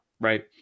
right